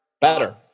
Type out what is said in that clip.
Better